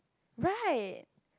right